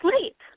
sleep